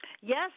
Yes